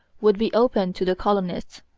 would be opened to the colonists,